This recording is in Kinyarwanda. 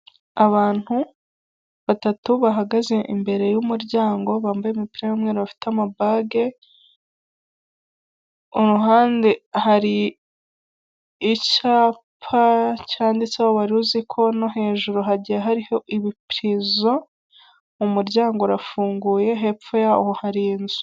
Abantu benshi bari mu nyubako harimo abakozi bacuruza amafunguro ndetse n'ibyo kunywa hakaba hari n'umuntu uhagarariye emutiyene ari kumwe n'umukiriya ari ku mubwira serivisi zigiye zitandukanye za emutiyene n'akamaro zigufitiye .